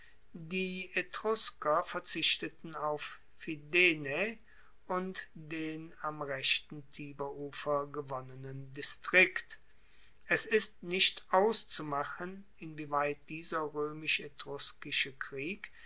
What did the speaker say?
die etrusker verzichteten auf fidenae und den am rechten tiberufer gewonnenen distrikt es ist nicht auszumachen inwieweit dieser roemisch etruskische krieg